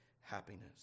happiness